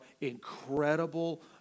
incredible